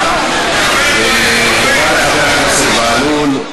תודה לחבר הכנסת בהלול.